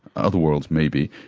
other worlds maybe.